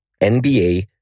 NBA